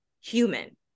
human